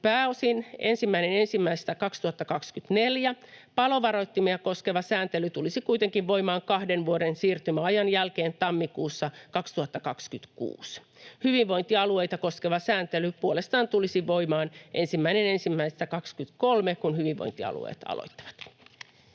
pääosin 1.1.2024. Palovaroittimia koskeva sääntely tulisi kuitenkin voimaan kahden vuoden siirtymäajan jälkeen tammikuussa 2026. Hyvinvointialueita koskeva sääntely puolestaan tulisi voimaan 1.1.23, kun hyvinvointialueet aloittavat.